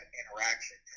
interaction